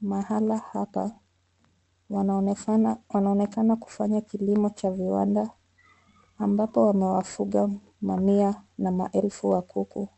Mahala hapa wanaonekana kufanya kilimo cha viwanda ambapo wamewafunga mamia na maelfu ya kuku.